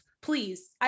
please